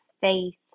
faith